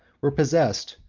were possessed,